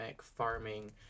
farming